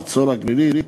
חצור-הגלילית,